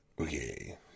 Okay